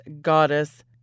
goddess